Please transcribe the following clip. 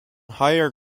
higher